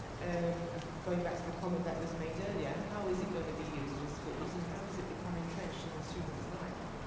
and um going back to the comment that was made earlier, yeah how is it going to be used in schools? and how does it become entrenched in the student's life.